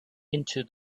into